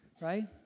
Right